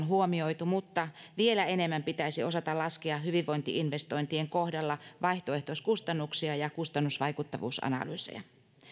huomioitu mutta vielä enemmän pitäisi osata laskea hyvinvointi investointien kohdalla vaihtoehtoiskustannuksia ja kustannusvaikuttavuusanalyyseja